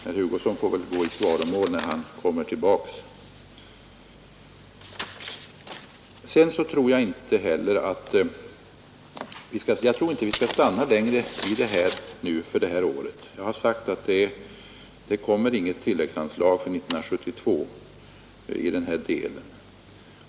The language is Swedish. Herr Hugosson får väl gå i svaromål när han kommer tillbaka. talman! när herr Jag anser inte heller att vi bör uppehålla oss längre vid medelsanvisningen på tilläggsstat för detta år. Jag har sagt att det inte kommer att anvisas ökade medel på tilläggsstat för år 1972.